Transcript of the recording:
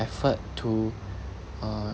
effort to uh